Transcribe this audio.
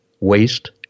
Waste